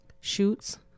shoots